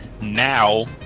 now